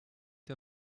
der